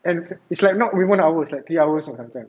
and it's like not even one hour it's like three hours [tau] sometimes